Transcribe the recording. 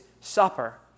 supper